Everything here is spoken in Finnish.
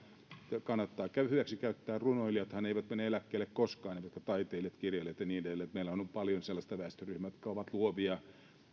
kannattaa hyväksikäyttää runoilijathan eivät mene eläkkeelle koskaan eivätkä taiteilijat kirjailijat ja niin edelleen meillähän on paljon sellaisia väestöryhmiä jotka ovat luovia